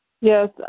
Yes